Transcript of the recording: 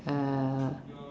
uhh